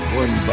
one